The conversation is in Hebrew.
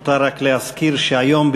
נותר רק להזכיר שהיום,